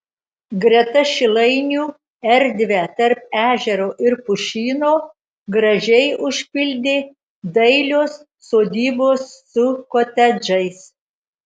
greta šilainių erdvę tarp ežero ir pušyno gražiai užpildė dailios sodybos su kotedžais